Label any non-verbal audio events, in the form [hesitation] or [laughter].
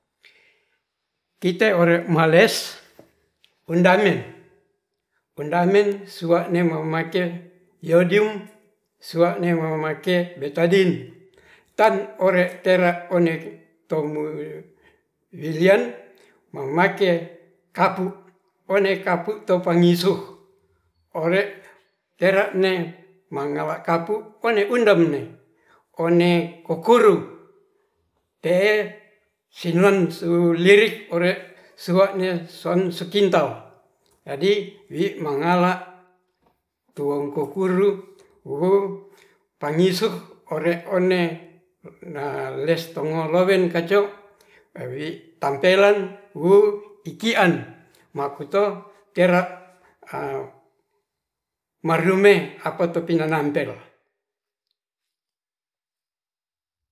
Kite ore males undame. undame sua'ne mamake yodium sua'ne mamake betadin tan ore tera one tomuwilian memake kapu one kapu to pangisu ore tera ne mangala kapuone undem ne one kokuru te'e sinon sulirik ore sua'ne sonsukintal jadi wi mangala tuong kukuru' wo pangisuh ore one na les tongolowen kacu wi tampelang wu ikian makuto tera [hesitation] marrume apato pinanampel.